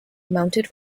mounted